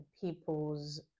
people's